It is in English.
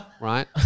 Right